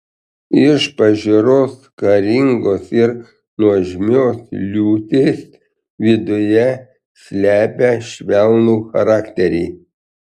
iš pažiūros karingos ir nuožmios liūtės viduje slepia švelnų charakterį